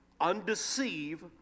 undeceive